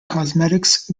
cosmetics